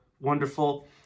wonderful